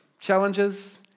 challenges